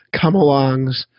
come-alongs